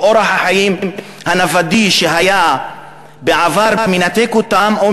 או אורח החיים הנוודי שהיה בעבר מנתק אותם או